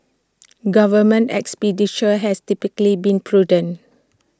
government expenditure has typically been prudent